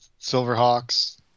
Silverhawks